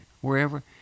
wherever